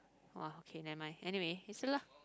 !wah! okay never mind anyway you see lah